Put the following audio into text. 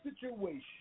situation